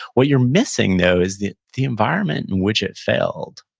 what you're missing, though, is the the environment in which it failed.